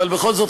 אבל בכל זאת,